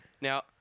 Now